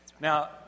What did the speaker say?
Now